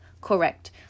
Correct